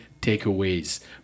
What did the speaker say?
takeaways